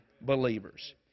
believers